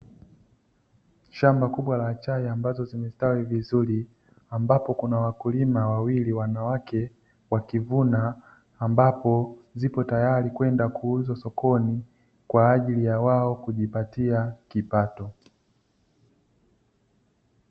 Shamba kubwa la chai ambazo zimestawi vizuri, ambako kuna wakulima wawili wanawake wakivuna, ambapo zipo tayari kwenda kuuzwa sokoni kwaajili ya wao kujipatia kipato.